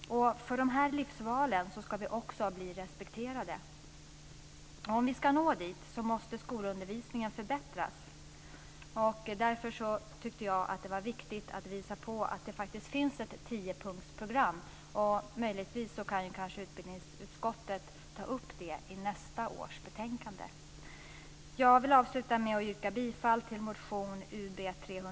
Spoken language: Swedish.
För de här livsvalen ska vi också bli respekterade. Om vi ska nå dit måste skolundervisningen förbättras. Därför tyckte jag att det var viktigt att visa på att det faktiskt finns ett tiopunktsprogram. Möjligtvis kan utbildningsutskottet ta upp det i nästa års betänkande. Jag vill avsluta med att yrka bifall till motion